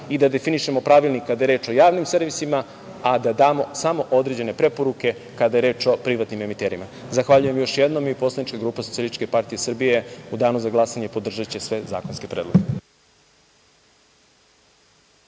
i da definišemo pravilnik kada je reč o javnim servisima, a da damo samo određene preporuke, kada je reč o privatnim emiterima. Zahvaljujem još jednom i poslanička grupa SPS, u Danu za glasanje podržaće sve zakonske predloge.